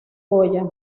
goya